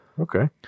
Okay